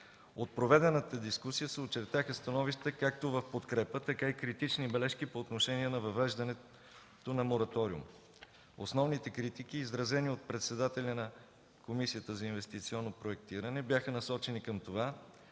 От проведената дискусия се очертаха становища както в подкрепа, така и критични бележки по отношение на въвеждането на мораториум. Основните критики, изразени от председателя на Комисията по инвестиционно проектиране, бяха насочени към това,